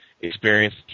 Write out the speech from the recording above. experience